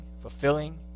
fulfilling